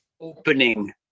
opening